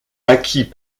acquis